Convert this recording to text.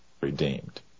redeemed